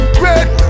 great